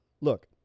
Look